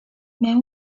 miał